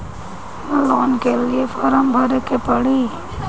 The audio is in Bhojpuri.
लोन के लिए फर्म भरे के पड़ी?